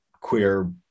queer